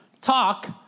talk